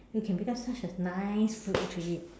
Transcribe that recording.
you can become such nice food to eat